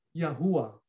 Yahuwah